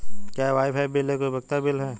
क्या wifi bill एक उपयोगिता बिल है?